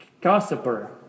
Gossiper